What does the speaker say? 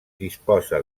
disposa